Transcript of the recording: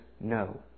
no